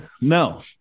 No